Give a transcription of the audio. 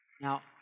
Now